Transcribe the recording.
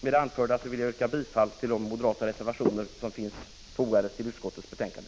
Med det anförda yrkar jag bifall till de moderata reservationer som finns fogade vid utskottets betänkande.